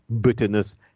bitterness